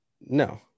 No